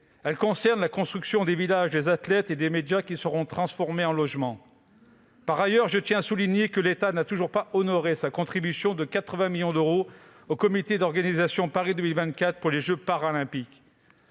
Elle concerne la construction des villages des athlètes et des médias, qui seront transformés en logements. Par ailleurs, je tiens à souligner que l'État n'a toujours pas honoré sa contribution de 80 millions d'euros au comité d'organisation Paris 2024 au titre des jeux Paralympiques